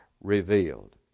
revealed